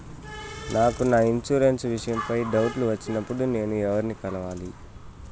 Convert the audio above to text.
నాకు నా ఇన్సూరెన్సు విషయం పై డౌట్లు వచ్చినప్పుడు నేను ఎవర్ని కలవాలి?